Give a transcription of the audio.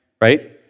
Right